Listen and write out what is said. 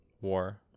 war